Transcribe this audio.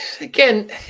again